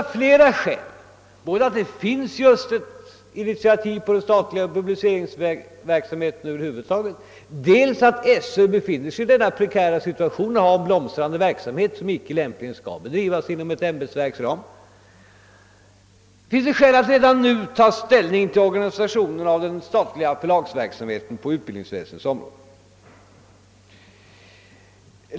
Av flera skäl — både att det finns ett initiativ beträffande den statliga publiceringsverksamheten över huvud taget och att Sö befinner sig i denna prekära situation och har en blomstrande verksamhet som inte lämpligen kan bedrivas inom ett ämbetsverks ram — bör man redan nu ta ställning till organisationen av den statliga förlagsverksamheten på utbildningsväsendets område.